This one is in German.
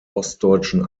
ostdeutschen